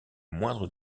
moindres